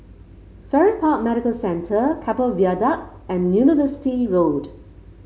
Farrer Park Medical Centre Keppel Viaduct and University Road